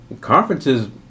Conferences